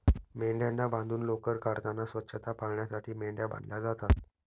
मेंढ्यांना बांधून लोकर काढताना स्वच्छता पाळण्यासाठी मेंढ्या बांधल्या जातात